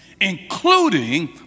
Including